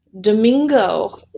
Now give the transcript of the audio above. Domingo